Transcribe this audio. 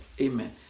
Amen